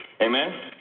Amen